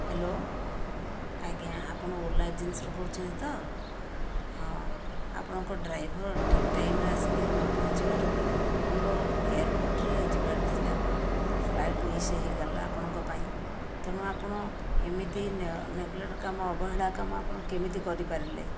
hello ଆଜ୍ଞା ଆପଣ Ola ଏଜେନ୍ସିରୁ କହୁଛନ୍ତି ତ ହଁ ଆପଣଙ୍କ ଡ୍ରାଇଭର ଠିକ୍ ଟାଇମ୍ରେ ଆସିକି ନ ପହଁଞ୍ଚିବାରୁ ମୋର ଏୟାରପୋର୍ଟରେ ଯିବାର ଥିଲା ମୋର ଫ୍ଲାଇଟ୍ ମିସ୍ ହୋଇଗଲା ଆପଣଙ୍କ ପାଇଁ ତେଣୁ ଆପଣ ଏମିତି ନେଗଲେକ୍ଟ କାମ ଅବହେଳା କାମ ଆପଣ କେମିତି କରିପାରିଲେ